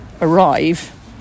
arrive